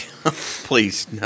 Please